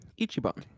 ichiban